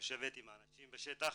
לשבת גם עם האנשים שיושבים בשטח